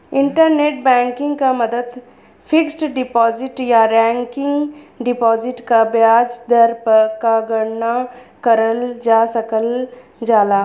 internet banking क मदद fixed deposit या रेकरिंग डिपाजिट क ब्याज दर क गणना करल जा सकल जाला